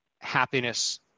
happiness